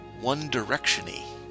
one-direction-y